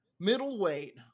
Middleweight